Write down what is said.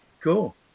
cool